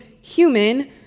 human